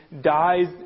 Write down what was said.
dies